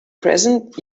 present